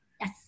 Yes